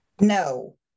No